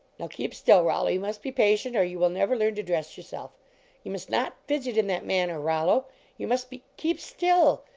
now keep still, rollo you must be patient or you will never learn to dress yourself you must not fidget in that manner, rollo you must be keep still!